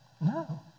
No